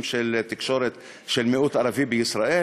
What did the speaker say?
של תקשורת של המיעוט הערבי בישראל,